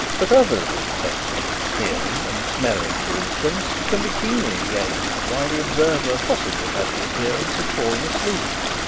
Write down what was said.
but others of the senses hearing and smelling, for instance can be keenly engaged while the observer possibly has the appearance of falling asleep.